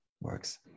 works